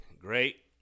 Great